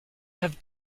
have